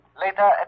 Later